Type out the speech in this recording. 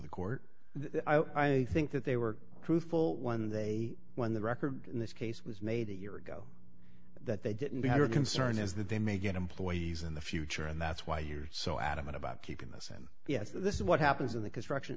the court i think that they were truthful when they when the record in this case was made a year ago that they didn't have a concern is that they may get employees in the future and that's why you're so adamant about keeping this and yes this is what happens in the construction